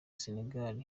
senegal